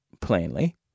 plainly